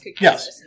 Yes